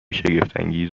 شگفتانگیز